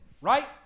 Right